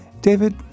David